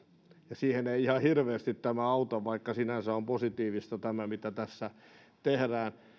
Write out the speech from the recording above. ja siihen ei ihan hirveästi tämä auta vaikka sinänsä on positiivista tämä mitä tässä tehdään